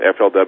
FLW